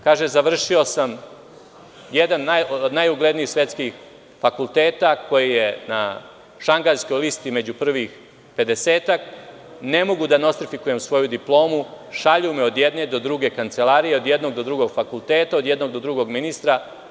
Kažu – završio sam jedan od najuglednijih svetskih fakulteta koji je na Šangajskoj listi među prvih pedesetak, ne mogu da nostrifikujem svoju diplomu, šalju me od jedne do druge kancelarije, od jednog do drugog fakulteta, od jednog do drugog ministra.